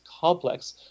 complex